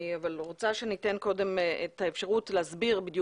אני רוצה שניתן קודם את האפשרות להסביר בדיוק